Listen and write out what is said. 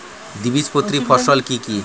দ্বিবীজপত্রী ফসল কি কি?